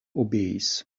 obeis